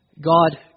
God